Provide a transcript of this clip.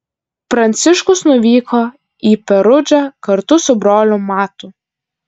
pranciškus nuvyko į perudžą kartu su broliu matu